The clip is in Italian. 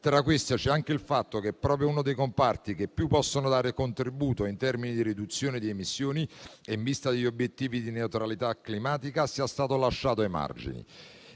Tra queste c'è anche il fatto che proprio uno dei comparti che più possono dare un contributo in termini di riduzione delle emissioni e in vista degli obiettivi di neutralità climatica sia stato lasciato ai margini.